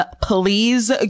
please